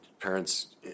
parents